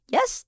Yes